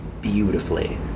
beautifully